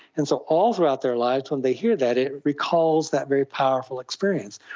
and so all throughout their lives when they hear that it recalls that very powerful experience.